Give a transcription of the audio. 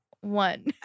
One